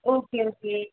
okay okay